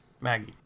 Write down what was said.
Maggie